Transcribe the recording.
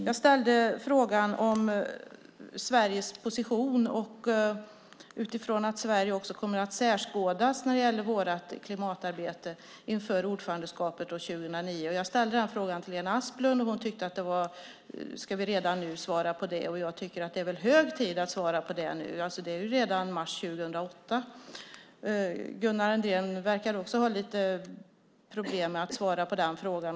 Jag ställde frågan om Sveriges position utifrån att Sverige också kommer att skärskådas när det gäller vårt klimatarbete inför ordförandeskapet 2009. Jag ställde den frågan till Lena Asplund, och hon tyckte att det var tidigt att svara på det redan nu. Jag tycker för min del att det är hög tid att svara på det nu - det är ju redan mars 2008. Gunnar Andrén verkar också ha lite problem att svara på den frågan.